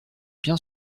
bien